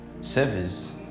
service